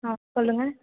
ஆ சொல்லுங்கள்